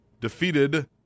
defeated